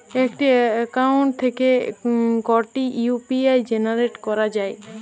একটি অ্যাকাউন্ট থেকে কটি ইউ.পি.আই জেনারেট করা যায়?